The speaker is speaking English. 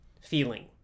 feeling